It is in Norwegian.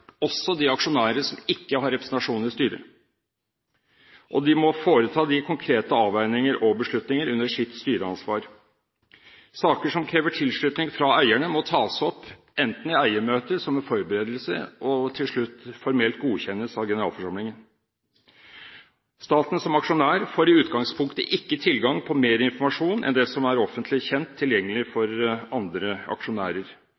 også de aksjonærer som ikke har representasjon i styret, og de må foreta de konkrete avveininger og beslutninger under sitt styreansvar. Saker som krever tilslutning fra eierne, må tas opp, f.eks. i eiermøter som en forberedelse, og til slutt formelt godkjennes av generalforsamlingen. Staten som aksjonær får i utgangspunktet ikke tilgang på mer informasjon enn det som er offentlig kjent tilgjengelig for andre aksjonærer.